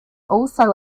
also